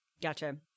Gotcha